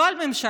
לא על הממשלה,